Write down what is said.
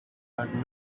but